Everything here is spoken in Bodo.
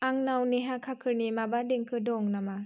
आंनाव नेहा काकारनि माबा देंखो दं नामा